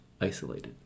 isolated